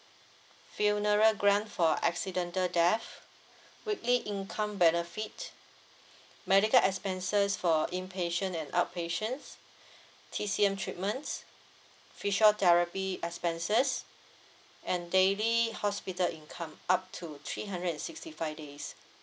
funeral grant for accidental death weekly income benefit medical expenses for inpatient and outpatient T_C_M treatments physiotherapy expenses and daily hospital income up to three hundred and sixty five days